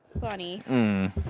funny